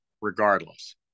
regardless